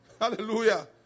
Hallelujah